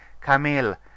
Camille